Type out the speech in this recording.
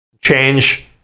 change